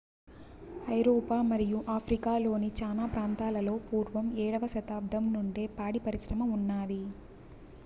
ఐరోపా మరియు ఆఫ్రికా లోని చానా ప్రాంతాలలో పూర్వం ఏడవ శతాబ్దం నుండే పాడి పరిశ్రమ ఉన్నాది